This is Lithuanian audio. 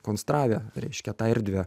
konstravę reiškia tą erdvę